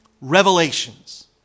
revelations